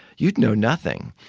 you'd know nothing,